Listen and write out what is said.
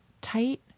tight